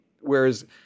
whereas